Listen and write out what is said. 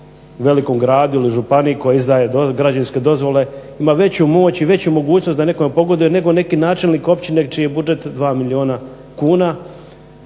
velikom gradu ili županiji koje izdaje građevinske dozvole ima veću moć i veću mogućnost da nekome pogoduje nego neki načelnik općine čiji je budžet dva milijuna kuna.